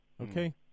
Okay